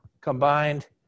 combined